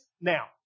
now